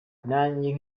nanjye